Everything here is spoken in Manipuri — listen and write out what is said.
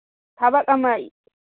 ꯊꯕꯛ ꯑꯃ